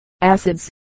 acids